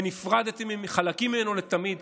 ונפרדתם מחלקים ממנו לתמיד,